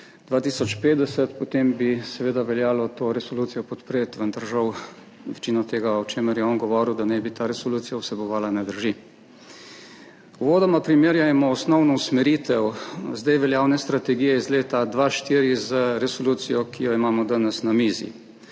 2050, potem bi seveda veljalo to resolucijo podpreti, vendar žal večino tega, o čemer je on govoril, da naj bi ta resolucija vsebovala, ne drži. Uvodoma primerjajmo osnovno usmeritev zdaj veljavne strategije iz leta 2004 z resolucijo, ki jo imamo danes na mizi.